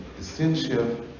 essential